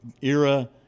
era